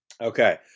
Okay